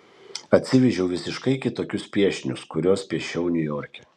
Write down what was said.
atsivežiau visiškai kitokius piešinius kuriuos piešiau niujorke